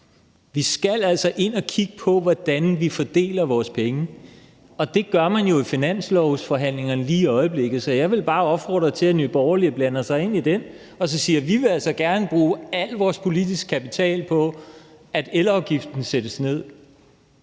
Vi skal altså ind at kigge på, hvordan vi fordeler vores penge, og det gør man jo i finanslovsforhandlingerne lige i øjeblikket. Så jeg vil bare opfordre til, at Nye Borgerlige blander sig i dem og siger, at de altså gerne vil bruge al deres politiske kapital på, at elafgiften sættes ned.